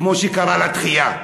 כמו שקרה לתחיה.